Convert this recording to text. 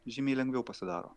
žymiai lengviau pasidaro